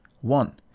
One